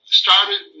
started